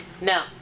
No